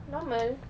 normal